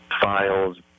files